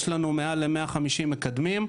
יש לנו מעל 150 מקדמים,